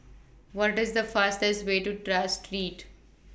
What IS The fastest Way to Tras Street